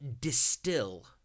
distill